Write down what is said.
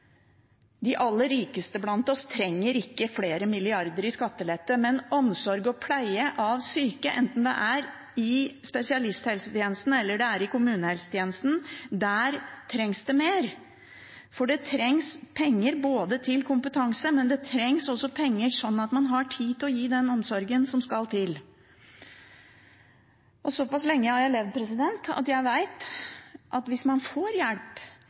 De aller rikeste blant oss trenger ikke flere milliarder i skattelette, men i omsorgen og pleien av syke, enten det er i spesialisthelsetjenesten eller det er i kommunehelsetjenesten, trengs det mer. Det trengs penger til både kompetanse og for å ha tid til å gi den omsorgen som skal til. Såpass lenge har jeg levd at jeg vet at hvis man får hjelp